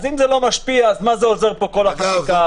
אם זה לא משפיע, מה עוזרת פה כל החקיקה הזאת?